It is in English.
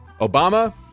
Obama